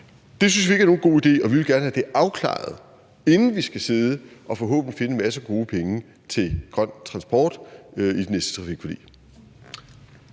Det synes vi ikke er nogen god idé, og vi vil gerne have det afklaret, inden vi skal sidde og forhåbentlig finde en masse gode penge til grøn transport i det næste trafikforlig.